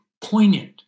poignant